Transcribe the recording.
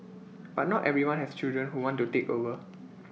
but not everyone has children who want to take over